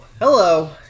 Hello